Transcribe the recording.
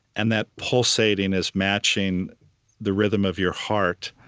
and that pulsating is matching the rhythm of your heart.